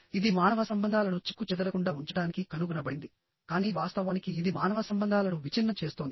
ఇది మానవ సంబంధాలను చెక్కుచెదరకుండా ఉంచడానికి కనుగొనబడింది కానీ వాస్తవానికి ఇది మానవ సంబంధాలను విచ్ఛిన్నం చేస్తోంది